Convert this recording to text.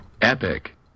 Epic